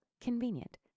convenient